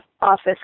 office